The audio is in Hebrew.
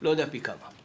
לא יודע פי כמה,